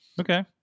Okay